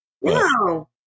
Wow